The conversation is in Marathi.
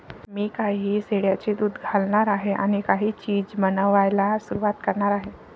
मी काही शेळ्यांचे दूध घालणार आहे आणि काही चीज बनवायला सुरुवात करणार आहे